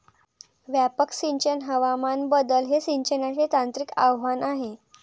व्यापक सिंचन हवामान बदल हे सिंचनाचे तांत्रिक आव्हान आहे